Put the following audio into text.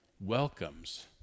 welcomes